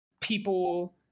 people